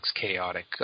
chaotic